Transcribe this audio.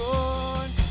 Lord